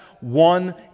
one